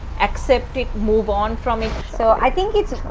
accept it move on from it. so i think it's,